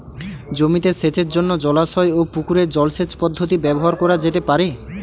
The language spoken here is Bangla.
জমিতে সেচের জন্য জলাশয় ও পুকুরের জল সেচ পদ্ধতি ব্যবহার করা যেতে পারে?